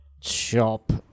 shop